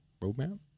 roadmap